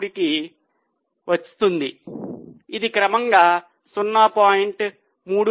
33 కి వస్తుంది ఇది క్రమంగా 0